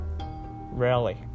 Rarely